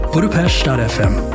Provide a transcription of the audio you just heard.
Budapest.fm